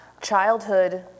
Childhood